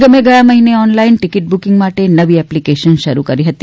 નિગમે ગયા મહિને online ticket booking માટે નવી એપ્લીકેશન શરૂ કરી હતી